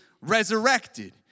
resurrected